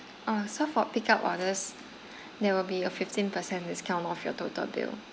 oh so for pick up orders there will be a fifteen percent discount off your total bill